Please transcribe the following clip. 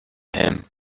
him